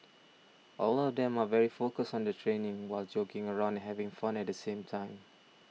all of them are very focused on their training while joking around and having fun at the same time